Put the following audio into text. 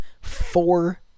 four